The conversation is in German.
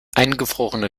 eingefrorene